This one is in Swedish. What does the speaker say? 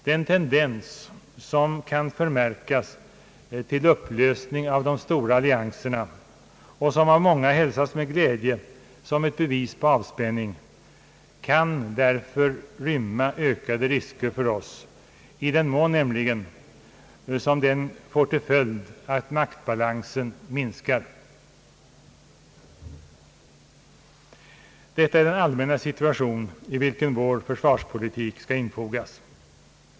Den tendens som kan förmärkas till upplösning av de stora allianserna och som av många hälsas med glädje som ett bevis på avspänning, kan därför rymma ökade risker för oss, i den mån nämligen som den får till följd att maktbalansen minskar. Detta är den allmänna situation i vilken vår försvarspolitik skall infogas.